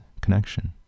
connection